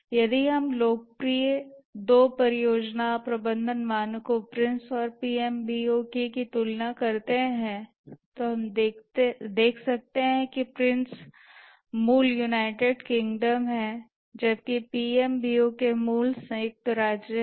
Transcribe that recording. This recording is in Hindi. यदि हम दो लोकप्रिय परियोजना प्रबंधन मानकों PRINCE और PMBOK की तुलना करते हैं तो हम देख सकते हैं कि PRINCE मूल यूनाइटेड किंगडम है जबकि PMBOK मूल संयुक्त राज्य है